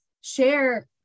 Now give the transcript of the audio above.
share